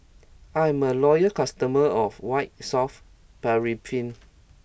I'm a loyal customer of White Soft Paraffin